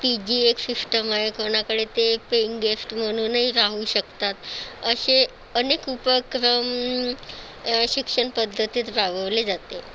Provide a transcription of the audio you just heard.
आणि P G एक system आहे कोणाकडे ते पेईंग गेस्ट म्हणूनही राहू शकतात असे अनेक उपक्रम शिक्षणपद्धतीत राबवले जाते